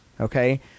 Okay